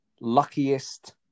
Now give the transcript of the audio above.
luckiest